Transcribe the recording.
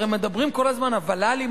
הרי מדברים כל הזמן: הוול"לים,